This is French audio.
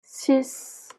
six